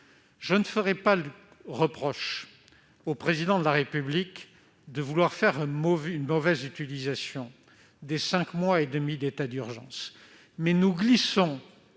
je ne ferai pas le reproche au Président de la République de vouloir faire une mauvaise utilisation des cinq mois et demi d'état d'urgence, mais nous nous